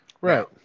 right